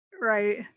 Right